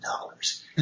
dollars